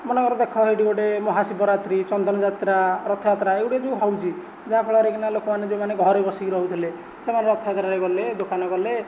ମନେକର ଦେଖ ହେଇଟି ଗୋଟିଏ ମହାଶିବରାତ୍ରି ଚନ୍ଦନ ଯାତ୍ରା ରଥଯାତ୍ରା ଏଗୁଡ଼ିକ ଯେଉଁ ହେଉଛି ଯାହାଫଳରେ କିନା ଲୋକମାନେ ଯେଉଁମାନେ ଘରେ ବସିକି ରହୁଥିଲେ ସେମାନେ ରଥଯାତ୍ରାରେ ଗଲେ ଦୋକାନ କଲେ